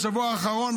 בשבוע האחרון,